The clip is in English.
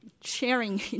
sharing